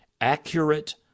accurate